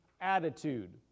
attitude